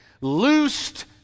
loosed